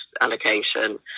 allocation